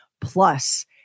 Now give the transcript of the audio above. Plus